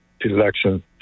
election